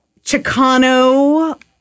Chicano